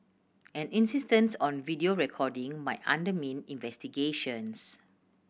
an insistence on video recording might undermine investigations